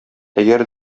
әгәр